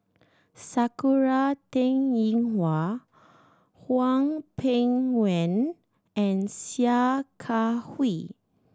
Sakura Teng Ying Hua Hwang Peng Yuan and Sia Kah Hui